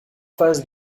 phases